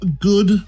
good